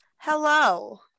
hello